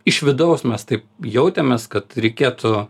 iš vidaus mes tai jautėmės kad reikėtų